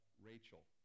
Rachel